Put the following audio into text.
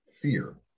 fear